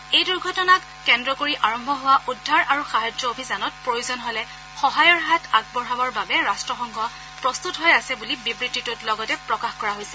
এই দুৰ্ঘটনাক কেন্দ্ৰ কৰি আৰম্ভ হোৱা উদ্ধাৰ আৰু সাহায্য অভিযানত প্ৰয়োজন হলে সহায়ৰ হাত আগবঢ়াবৰ বাবে ৰাষ্ট্ৰসংঘ প্ৰস্তত হৈ আছে বুলি বিবৃতিটোত লগতে প্ৰকাশ কৰা হৈছে